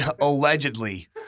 allegedly